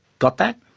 got that?